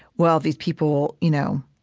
well, these people, you know,